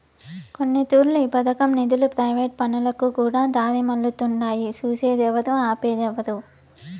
కొన్నితూర్లు ఈ పదకం నిదులు ప్రైవేటు పనులకుకూడా దారిమల్లతుండాయి సూసేదేవరు, ఆపేదేవరు